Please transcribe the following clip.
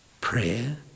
Prayer